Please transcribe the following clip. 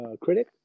critic